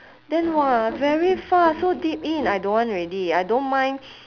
then !wah! very far so deep in I don't want already I don't mind